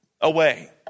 away